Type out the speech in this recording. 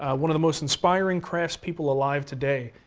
one of the most inspiring crafts people alive today,